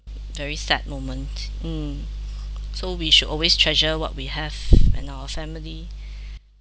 very sad moment mm so we should always treasure what we have in our family